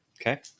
okay